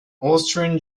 austrian